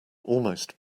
almost